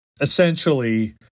essentially